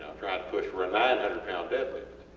trying to push for a nine hundred lb deadlift,